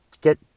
get